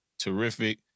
terrific